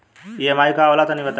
EMI का होला तनि बताई?